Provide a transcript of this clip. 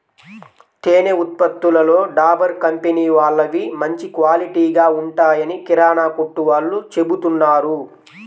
తేనె ఉత్పత్తులలో డాబర్ కంపెనీ వాళ్ళవి మంచి క్వాలిటీగా ఉంటాయని కిరానా కొట్టు వాళ్ళు చెబుతున్నారు